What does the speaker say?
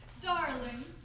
Darling